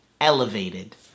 elevated